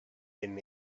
been